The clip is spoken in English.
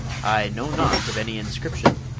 i know naught of any inscription,